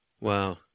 Wow